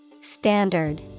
Standard